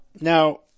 Now